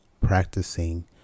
practicing